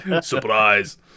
Surprise